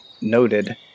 Noted